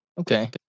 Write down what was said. Okay